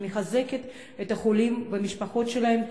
שמחזקת את החולים ומשפחותיהם,